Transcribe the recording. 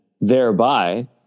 thereby